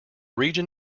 region